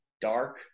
dark